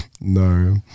no